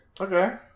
Okay